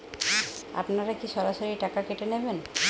আপনারা কি সরাসরি টাকা কেটে নেবেন?